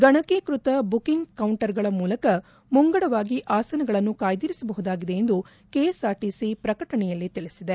ಗಣಕೀತ booking counter ಗಳ ಮೂಲಕ ಮುಂಗಡವಾಗಿ ಆಸನಗಳನ್ನು ಕಾಯ್ದಿರಿಸಬಹುದಾಗಿದೆ ಎಂದು ಕೆಎಸ್ ಆರ್ ಟಿಸಿ ಪ್ರಕಟಣೆಯಲ್ಲಿ ತಿಳಿಸಿದೆ